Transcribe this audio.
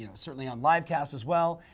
you know certainly on live-cast as well.